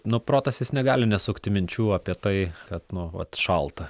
nu protas jis negali nesukti minčių apie tai kad nu vat šalta